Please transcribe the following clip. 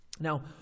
Now